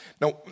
Now